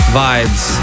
vibes